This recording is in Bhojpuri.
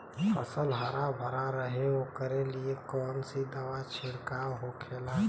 फसल हरा भरा रहे वोकरे लिए कौन सी दवा का छिड़काव होखेला?